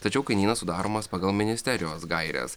tačiau kainynas sudaromas pagal ministerijos gaires